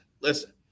Listen